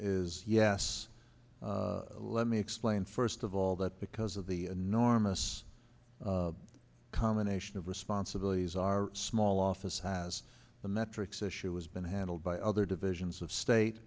is yes let me explain first of all that because of the enormous combination of responsibilities our small office has the metrics issue has been handled by other divisions of state